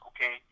okay